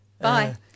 Bye